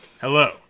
Hello